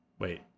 Wait